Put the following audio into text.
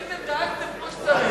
למי שרציתם דאגתם כמו שצריך.